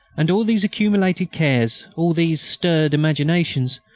and all these accumulated cares, all these stirred imaginations,